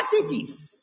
Positive